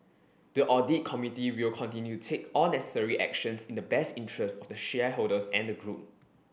the audit committee will continue to take all necessary actions in the best interests of the shareholders and the group